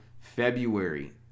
February